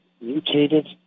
mutated